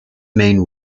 main